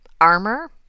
Armor